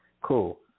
cool